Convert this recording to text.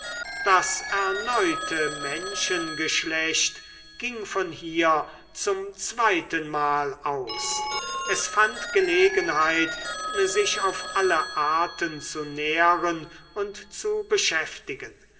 das erneute menschengeschlecht ging von hier zum zweitenmal aus es fand gelegenheit sich auf alle arten zu nähren und zu beschäftigen